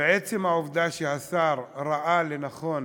עצם העובדה שהשר ראה לנכון